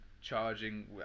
charging